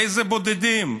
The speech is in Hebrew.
איזה בודדים?